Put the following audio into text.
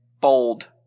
bold